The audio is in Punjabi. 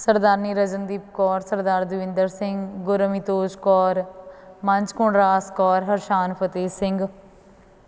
ਸਰਦਾਰਨੀ ਰਜ਼ਨਦੀਪ ਕੌਰ ਸਰਦਾਰ ਦਵਿੰਦਰ ਸਿੰਘ ਗੁਰਮੀਤੋਜ ਕੌਰ ਮੰਚਕੁਨ ਰਾਸ ਕੌਰ ਹਰਸ਼ਾਨ ਫਤਿਹ ਸਿੰਘ